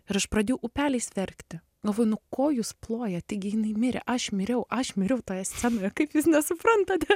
ir aš pradėjau upeliais verkti galvoju nu ko jūs plojat taigi jinai mirė aš miriau aš miriau toje scenoje kaip jūs nesuprantate